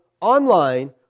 online